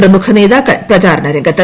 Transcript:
പ്രമുഖ നേതാക്കൾ പ്രചാരണരംഗത്ത്